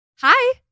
Hi